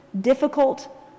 difficult